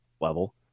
level